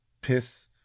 piss